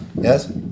Yes